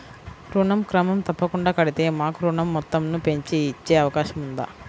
ఋణం క్రమం తప్పకుండా కడితే మాకు ఋణం మొత్తంను పెంచి ఇచ్చే అవకాశం ఉందా?